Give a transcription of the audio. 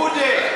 עודֶה.